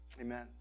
amen